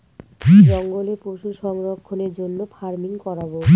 জঙ্গলে পশু সংরক্ষণের জন্য ফার্মিং করাবো